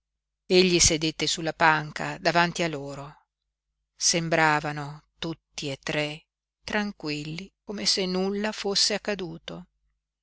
egli sedette sulla panca davanti a loro sembravano tutti e tre tranquilli come se nulla fosse accaduto